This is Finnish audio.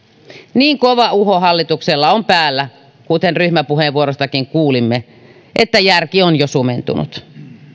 niin kova uho hallituksella on päällä kuten ryhmäpuheenvuorostakin kuulimme että järki on jo sumentunut